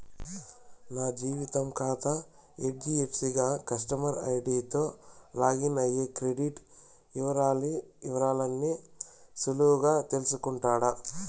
నా జీతం కాతా హెజ్డీఎఫ్సీ గాన కస్టమర్ ఐడీతో లాగిన్ అయ్యి క్రెడిట్ ఇవరాల్ని సులువుగా తెల్సుకుంటుండా